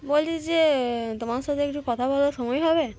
বলছি যে তোমার সাথে একটু কথা বলার সময় হবে